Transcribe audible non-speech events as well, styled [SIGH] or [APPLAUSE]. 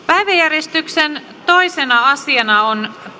[UNINTELLIGIBLE] päiväjärjestyksen toisena asiana on